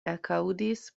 ekaŭdis